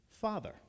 Father